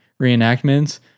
reenactments